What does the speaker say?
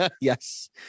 Yes